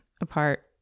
apart